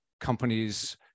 companies